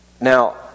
Now